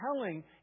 telling